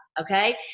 Okay